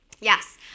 Yes